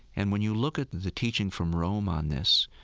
and when you look at the teaching from rome on this,